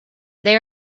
they